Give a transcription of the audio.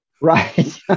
Right